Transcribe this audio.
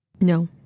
No